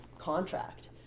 contract